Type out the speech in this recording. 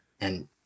and-